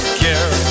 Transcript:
care